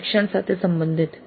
સ્વ શિક્ષણ સાથે સંબંધિત